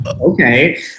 Okay